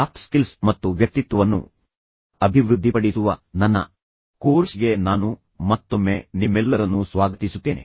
soft skills ಮತ್ತು ವ್ಯಕ್ತಿತ್ವವನ್ನು ಅಭಿವೃದ್ಧಿಪಡಿಸುವ ನನ್ನ ಕೋರ್ಸ್ಗೆ ನಾನು ಮತ್ತೊಮ್ಮೆ ನಿಮ್ಮೆಲ್ಲರನ್ನು ಸ್ವಾಗತಿಸುತ್ತೇನೆ